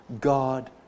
God